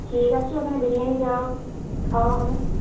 ঠিক আছে ওখানে বিরিয়ানিটাও খাওয়া হোক